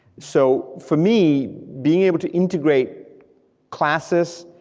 so for me, being able to integrate classes,